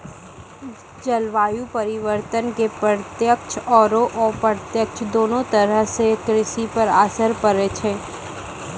जलवायु परिवर्तन के प्रत्यक्ष आरो अप्रत्यक्ष दोनों तरह सॅ कृषि पर असर पड़ै छै